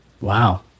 Wow